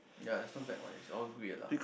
ya it's not bad what in it's own way lah